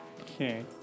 Okay